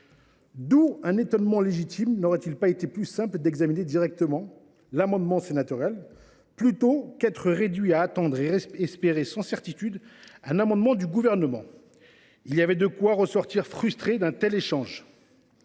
D’où un étonnement légitime : n’aurait il pas été plus simple que nous examinions directement l’amendement sénatorial, plutôt que d’être réduits à attendre et espérer sans certitude un amendement du Gouvernement ? Eh oui ! Il y avait de quoi sortir frustré d’un tel échange.